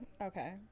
Okay